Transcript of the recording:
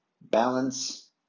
balance